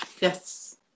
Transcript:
Yes